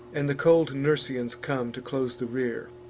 and the cold nursians come to close the rear,